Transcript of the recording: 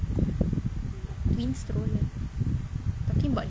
twin stroller talking about